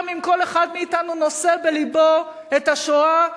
גם אם כל אחד מאתנו נושא בלבו את השואה,